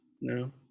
No